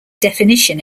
definition